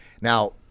Now